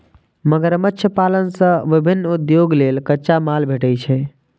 मगरमच्छ पालन सं विभिन्न उद्योग लेल कच्चा माल भेटै छै